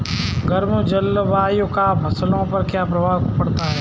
गर्म जलवायु का फसलों पर क्या प्रभाव पड़ता है?